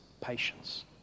patience